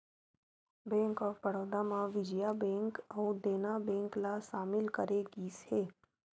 bank of Baroda म Vijaya Bank अउ Dena Bank ल सामिल करे गिस हे